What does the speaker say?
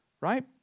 right